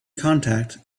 contact